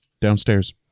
downstairs